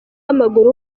w’amaguru